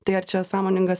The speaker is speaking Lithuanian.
tai ar čia sąmoningas